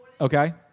okay